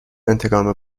انتقام